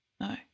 No